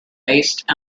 based